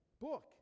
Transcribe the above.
book